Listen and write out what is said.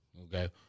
Okay